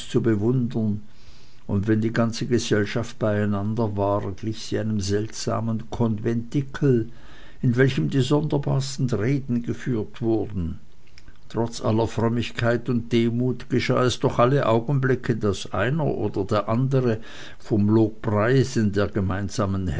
zu bewundern und wenn die ganze gesellschaft beieinander war glich sie einem seltsamen konventikel in welchem die sonderbarsten reden geführt wurden trotz aller frömmigkeit und demut geschah es doch alle augenblicke daß einer oder der andere vom lobpreisen der gemeinsamen